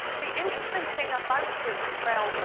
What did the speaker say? the interesting thing about this as well,